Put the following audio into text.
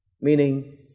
Meaning